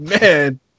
man